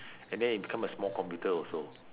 and then it become a small computer also